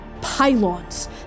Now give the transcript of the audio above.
pylons